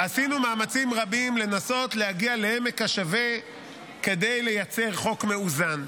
עשינו מאמצים רבים לנסות להגיע לעמק השווה כדי לייצר חוק מאוזן.